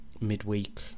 midweek